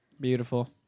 Beautiful